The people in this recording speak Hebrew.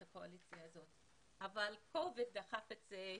הקואליציה הזאת אבל קורונה דחפה ליציאה.